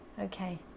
Okay